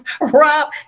Rob